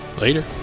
Later